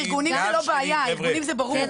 ארגונים זה לא בעיה, ארגונים זה ברור.